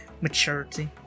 maturity